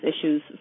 issues